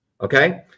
Okay